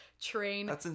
train